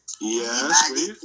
Yes